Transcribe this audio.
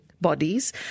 bodies